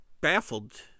baffled